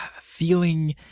feeling